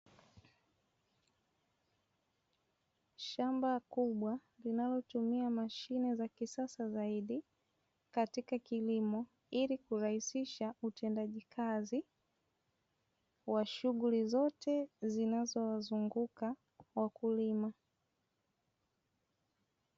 Shamba kubwa linalotumia mashine za kisasa zaidi katika kilimo, ili kurahisisha utendaji kazi wa shughuli zote zinazowazunguka wakulima.